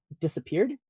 disappeared